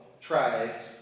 tribes